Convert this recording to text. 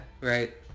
Right